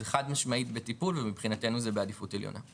זה חד משמעית בטיפול ומבחינתנו זה בעדיפות עליונה.